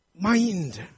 mind